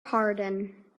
pardon